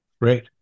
Great